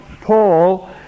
Paul